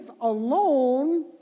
alone